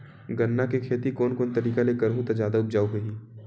गन्ना के खेती कोन कोन तरीका ले करहु त जादा उपजाऊ होही?